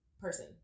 Person